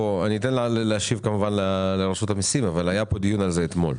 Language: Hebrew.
אתן כמובן לאנשי רשות המיסים להשיב אבל היה פה דיון על זה אתמול.